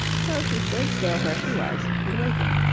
so she stood still where she was, and waited.